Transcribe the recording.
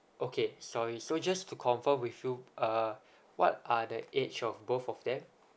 okay sorry so just to confirm with you uh what are the age of both of them